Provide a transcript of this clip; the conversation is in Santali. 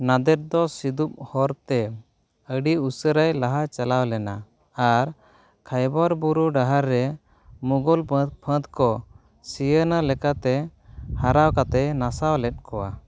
ᱱᱟᱫᱮᱨ ᱫᱚ ᱥᱤᱫᱩᱯ ᱦᱚᱨᱛᱮ ᱟᱹᱰᱤ ᱩᱥᱟᱹᱨᱟᱭ ᱞᱟᱦᱟ ᱪᱟᱞᱟᱣ ᱞᱮᱱᱟ ᱟᱨ ᱛᱷᱟᱭᱵᱟᱨ ᱵᱩᱨᱩ ᱰᱟᱦᱟᱨ ᱨᱮ ᱢᱩᱜᱷᱚᱞ ᱯᱷᱟᱹᱫᱽ ᱠᱚ ᱥᱤᱭᱟᱹᱱᱟ ᱞᱮᱠᱟᱛᱮ ᱦᱟᱨᱟᱣ ᱠᱟᱛᱮᱫ ᱱᱟᱥᱟᱣ ᱞᱮᱫ ᱠᱚᱣᱟ